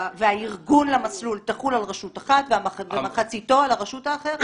והארגון למסלול תחול על רשות אחת ומחציתו על הרשות האחרת,